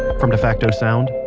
from defacto sound,